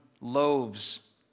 loaves